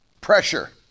pressure